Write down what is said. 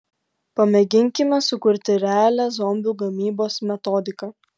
pamėginkime sukurti realią zombių gamybos metodiką